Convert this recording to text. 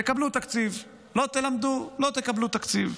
תקבלו תקציב, לא תלמדו, לא תקבלו תקציב.